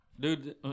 Dude